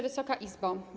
Wysoka Izbo!